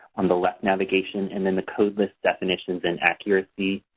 on the left navigation, and then the code lists, definitions, and accuracy,